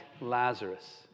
Lazarus